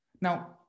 Now